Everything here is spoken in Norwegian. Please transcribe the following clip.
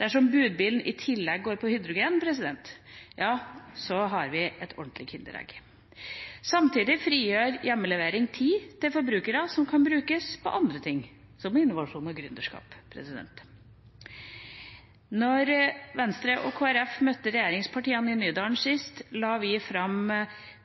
Dersom budbilen i tillegg går på hydrogen, har vi et ordentlig kinderegg. Samtidig frigjør hjemlevering tid til forbrukere som kan brukes på andre ting, som innovasjon og gründerskap. Da Venstre og Kristelig Folkeparti møtte regjeringspartiene i Nydalen sist, la vi fram